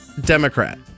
Democrat